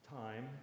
time